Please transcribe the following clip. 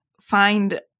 find